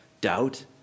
Doubt